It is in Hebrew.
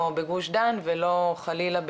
או בגוש דן ולא חלילה,